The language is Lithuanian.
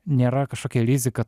nėra kažkokia rizika